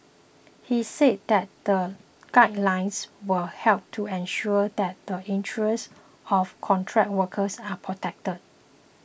he said that the guidelines will help to ensure that the interests of contract workers are protected